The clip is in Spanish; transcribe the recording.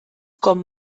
con